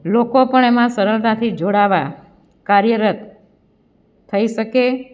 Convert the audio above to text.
લોકો પણ એમાં સરળતાથી જોળાવા કાર્યરત થઈ શકે